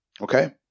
okay